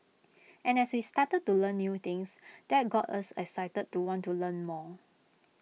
and as we started to learn new things that got us excited to want to learn more